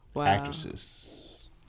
actresses